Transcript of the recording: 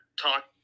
talk